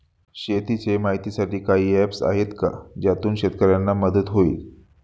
शेतीचे माहितीसाठी काही ऍप्स आहेत का ज्यातून शेतकऱ्यांना मदत होईल?